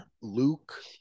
luke